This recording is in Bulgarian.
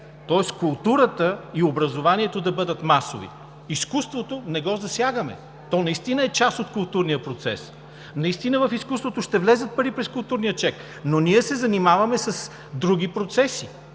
тоест културата и образованието да бъдат масови, а изкуството не го засягаме. То наистина е част от културния процес, наистина в изкуството ще влязат пари през „културния чек“, но ние се занимаваме с други процеси.